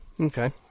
Okay